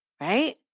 Right